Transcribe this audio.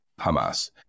Hamas